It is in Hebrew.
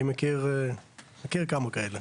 אני מכיר כמה כאלה.